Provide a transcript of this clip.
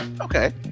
Okay